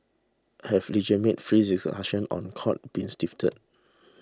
have legitimate free discussions on court cases been stifled